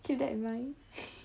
keep that in mind